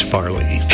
Farley